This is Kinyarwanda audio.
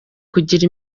kugira